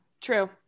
true